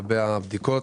לגבי הבדיקות.